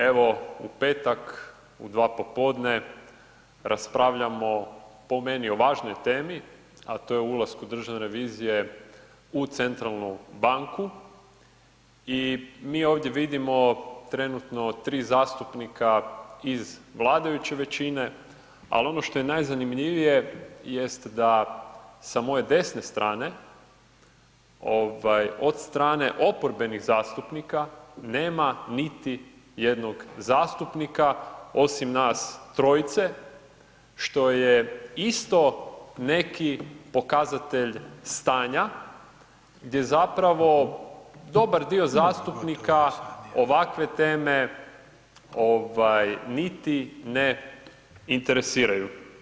Evo u petak u 2 popodne raspravljamo po meni o važnoj temi a to je o ulasku Državne revizije u centralnu banku i mi ovdje vidimo trenutno 3 zastupnika iz vladajuće većine ali ono što je najzanimljivije jest da sa moje desne strane, od strane oporbenih zastupnika, nema niti jednog zastupnika osim nas trojice što je isto neki pokazatelj stanja gdje zapravo dobar dio zastupnika ovakve teme niti ne interesiraju.